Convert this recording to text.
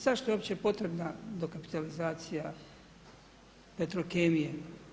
Zašto je uopće potrebna dokapitalizacija Petrokemije?